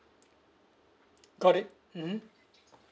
got it mmhmm